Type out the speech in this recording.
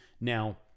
Now